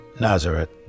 Nazareth